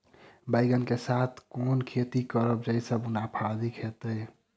बैंगन कऽ साथ केँ खेती करब जयसँ मुनाफा अधिक हेतइ?